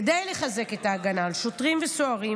כדי לחזק את ההגנה על שוטרים וסוהרים